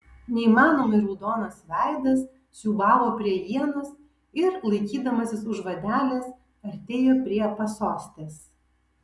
neįmanomai raudonas veidas siūbavo prie ienos ir laikydamasis už vadelės artėjo prie pasostės